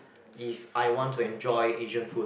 if I want to enjoy Asian food